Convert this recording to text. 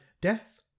death